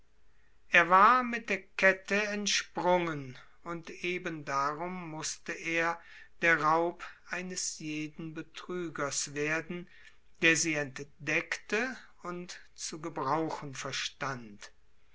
er war mit der kette entsprungen und eben darum mußte er der raub eines jeden betrügers werden der sie entdeckte und zu gebrauchen verstand